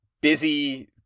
busy